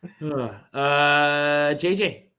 jj